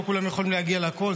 לא כולם יכולים להגיע לכול,